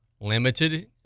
limited